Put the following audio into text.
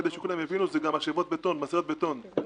זה גם משאיות בטון כדי שכולם יבינו.